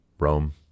Rome